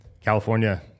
California